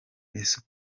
ese